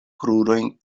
krurojn